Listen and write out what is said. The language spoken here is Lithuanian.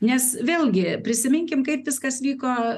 nes vėlgi prisiminkim kaip viskas vyko